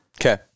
Okay